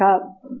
up